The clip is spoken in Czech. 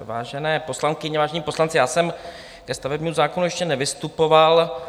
Vážené poslankyně, vážení poslanci, já jsem ke stavebnímu zákonu ještě nevystupoval.